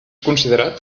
considerat